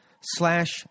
slash